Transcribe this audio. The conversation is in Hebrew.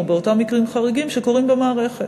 או באותם מקרים חריגים שקורים במערכת.